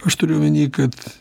aš turiu omeny kad